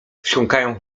wsiąkają